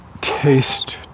taste